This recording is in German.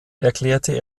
erklärte